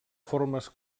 formes